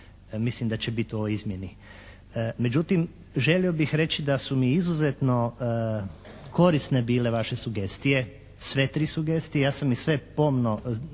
Mislim da će biti u ovoj izmjeni. Međutim, želio bih reći da su mi izuzetno korisne bile vaše sugestije, sve tri sugestije. Ja sam ih pomno